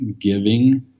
giving